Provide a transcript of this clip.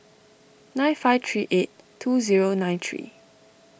nine five three eight two zero nine three